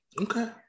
Okay